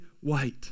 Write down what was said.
white